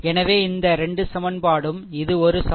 எனவே இந்த 2 சமன்பாடும் இது ஒரு சமன்பாடு i 2 5 2